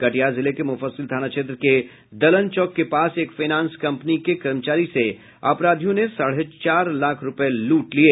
कटिहार जिले के मुफस्सिल थाना क्षेत्र के दलन चौक के पास एक फाइनेंस कम्पनी के कर्मचारी से अपराधियों ने साढ़े चाल लाख रूपये लूट लिये